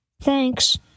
Thanks